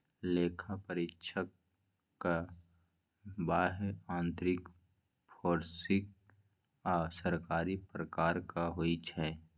लेखा परीक्षक बाह्य, आंतरिक, फोरेंसिक आ सरकारी प्रकारक होइ छै